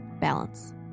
balance